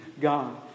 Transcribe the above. God